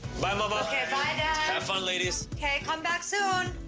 bye mama! bye dad! have fun, ladies! come back soon!